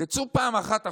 תצאו פעם אחת החוצה,